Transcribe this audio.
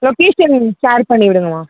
location share பண்ணிவிடுங்கள்ம்மா